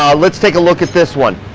um let's take a look at this one.